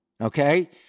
Okay